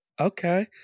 Okay